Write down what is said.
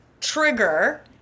trigger